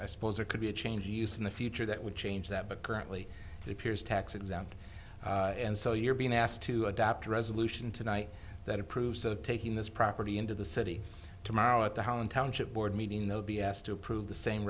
i suppose there could be a change in the future that would change that but currently appears tax exempt and so you're being asked to adapt a resolution tonight that approves of taking this property into the city tomorrow at the holland township board meeting they will be asked to approve the same